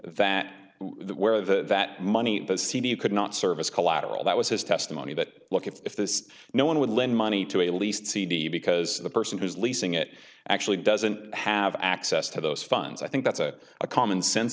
the that money the cd could not service collateral that was his testimony that look if this no one would lend money to at least cd because the person who's leasing it actually doesn't have access to those funds i think that's a a commonsense